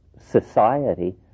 society